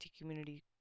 community